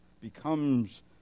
becomes